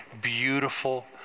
beautiful